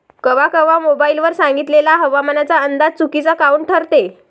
कवा कवा मोबाईल वर सांगितलेला हवामानाचा अंदाज चुकीचा काऊन ठरते?